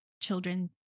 children